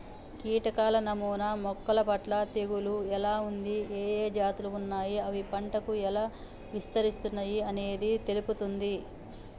కీటకాల నమూనా మొక్కలపట్ల తెగులు ఎలా ఉంది, ఏఏ జాతులు ఉన్నాయి, అవి పంటకు ఎలా విస్తరిస్తున్నయి అనేది తెలుపుతుంది